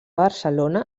barcelona